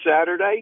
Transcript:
Saturday